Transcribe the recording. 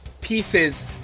pieces